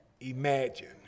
imagine